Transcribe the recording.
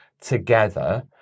together